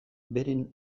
beren